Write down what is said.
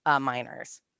miners